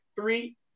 three